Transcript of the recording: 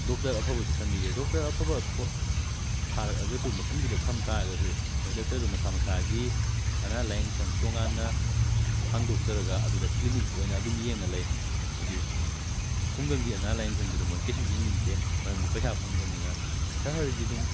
doctor ꯑꯐꯕꯁꯨ ꯊꯝꯕꯤꯗꯦ doctor ꯑꯐꯕ ꯊꯥꯔꯛꯑꯒꯁꯨ ꯃꯐꯝꯗꯨꯗ ꯊꯝ ꯇꯥꯔꯒꯁꯨ ꯃꯣꯏ ꯗꯥꯛꯇꯔꯗꯨ ꯃꯁꯥ ꯃꯁꯥꯒꯤ ꯑꯅꯥ ꯂꯥꯏꯌꯦꯡ ꯁꯪ ꯇꯣꯉꯥꯟꯅ ꯍꯥꯡꯗꯣꯛꯆꯔꯒ ꯑꯗꯨꯗ ꯀ꯭ꯂꯤꯅꯤꯛꯇ ꯑꯣꯏꯅ ꯑꯗꯨꯝ ꯌꯦꯡꯉ ꯂꯩ ꯍꯥꯏꯗꯤ ꯈꯨꯡꯒꯪꯒꯤ ꯑꯅꯥ ꯂꯥꯏꯌꯦꯡ ꯁꯪꯗꯨꯗ ꯃꯣꯏ ꯀꯩꯁꯨ ꯌꯦꯡꯅꯤꯡꯗꯦ ꯃꯔꯝꯗꯤ ꯄꯩꯁꯥ ꯐꯪꯗꯕꯅꯤꯅ ꯁꯍꯔꯒꯤꯗꯨꯝ